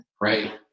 Right